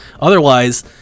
Otherwise